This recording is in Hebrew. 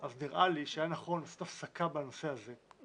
אז נראה לי שהיה נכון לעשות הפסקה בנושא הזה,